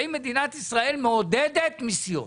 האם מדינת ישראל מעודדת מיסיון.